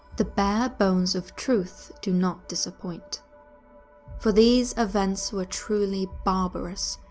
the bare bones of truth do not disappoint for these events were truly barbarous,